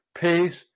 Peace